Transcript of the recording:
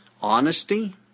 honesty